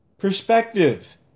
Perspective